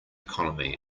economy